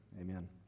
Amen